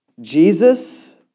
Jesus